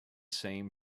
same